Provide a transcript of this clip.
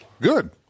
Good